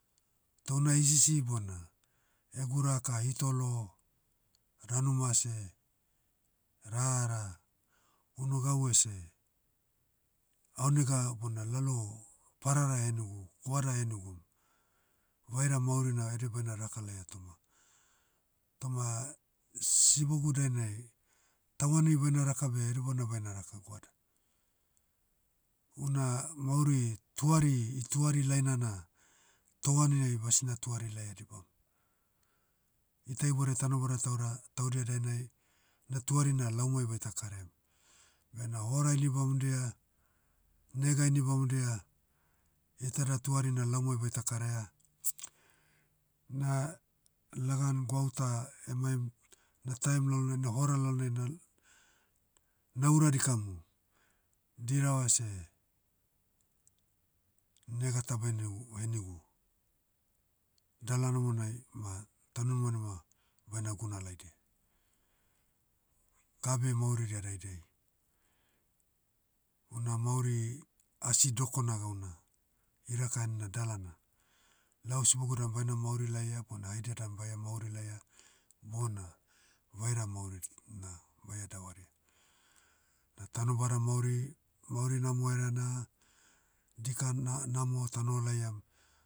Toh una hisisi bona, egu raka hitolo, ranu mase, rara, unu gau ese, aonega bona lalo, parara ehenigu goada ehenigum, vaira maurina ede baina raka laia toma. Toma, sibogu dainai, tauani baina raka beh edebana baina raka goada. Una mauri tuari- ituari laina na, tauaniai basina tuari laia dibam. Ita iboudai tanobada tauda- taudia dainai, ina tuari na laumai baita karaiam. Bena hora ini bamodia, nega ini bamodia, iteda tuari na laumai baita karaia. Na, lagan gwauta emaim, na taim lalnai na hora lalnai na, naura dikamu, dirava seh, nega ta bainiu- henigu. Dala namonai ma, taunimanima, baina guna laidia. Gabe mauridia daidai. Una mauri, asi dokona gauna, iraka henina dalana. Lau sibogu dan baina mauri laia bona haidia dan baie mauri laia, bona, vaira mauri, na baie davaria. Na tanobada mauri, mauri namo hereana, dika na- namo ta noho laiam,